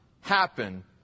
happen